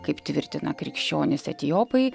kaip tvirtina krikščionys etiopai